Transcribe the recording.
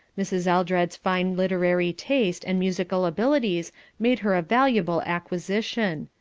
mrs. eldred's fine literary taste and musical abilities made her a valuable acquisition.